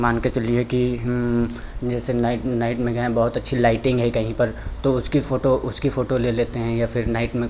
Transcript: मान के चलिए कि जैसे नाइट में नाइट में गए हैं बहुत अच्छी लाइटिंग है कहीं पर तो उसकी फ़ोटो उसकी फ़ोटो ले लेते हैं या फिर नाइट में